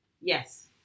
Yes